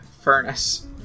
furnace